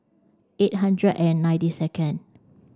eight hundred and ninety second